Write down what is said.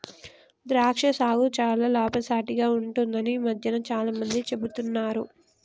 ద్రాక్ష సాగు చాల లాభసాటిగ ఉంటుందని ఈ మధ్యన చాల మంది చెపుతున్నారు